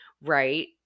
right